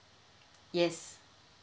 yes